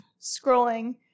scrolling